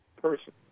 person